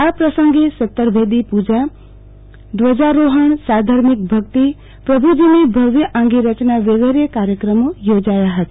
આ પ્રસંગે સતરભેદીપુજા ધ્વજારોહણ સાધર્મિક ભક્તિ પ્રભુજીની ભવ્ય આંગીરચના વિગેરે કાર્યક્રમો યોજાયા હતા